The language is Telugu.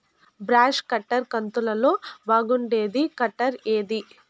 బ్రష్ కట్టర్ కంతులలో బాగుండేది కట్టర్ ఏది?